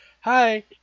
Hi